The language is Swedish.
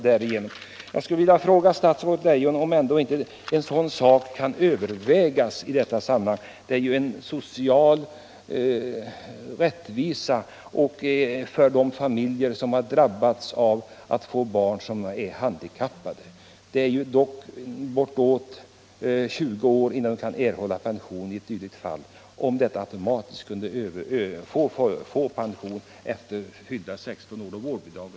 Det gäller ju en social rättvisa för de familjer som drabbats av att få barn som är handikappade.